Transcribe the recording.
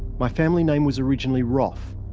my family name was originally roth,